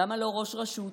למה לא ראש רשות?